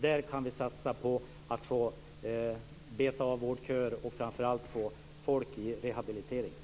Där kan vi satsa på att få beta av vårdköer och framför allt få folk i rehabilitering.